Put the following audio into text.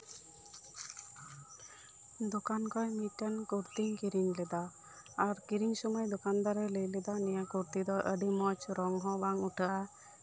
ᱫᱚᱠᱟᱱ ᱠᱷᱚᱱ ᱤᱧ ᱢᱤᱫᱴᱮᱱ ᱠᱩᱨᱛᱤᱧ ᱠᱤᱨᱤᱧ ᱞᱮᱫᱟ ᱟᱨ ᱠᱤᱨᱤᱧ ᱥᱚᱢᱚᱭ ᱫᱚᱠᱟᱱᱫᱟᱨᱮ ᱞᱟᱹᱭ ᱞᱮᱫᱟ ᱱᱤᱭᱟᱹ ᱠᱩᱨᱛᱤ ᱫᱚ ᱟᱹᱰᱤ ᱢᱚᱸᱡᱽ ᱨᱚᱝ ᱦᱚᱸ ᱵᱟᱝ ᱩᱴᱷᱟᱹᱜᱼᱟ